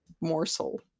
morsel